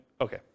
Okay